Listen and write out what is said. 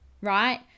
right